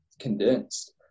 condensed